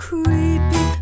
Creepy